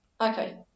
Okay